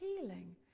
healing